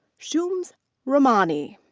shams rahmani.